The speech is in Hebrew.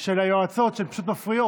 של היועצות שהן פשוט מפריעות.